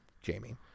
jamie